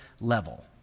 level